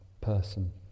person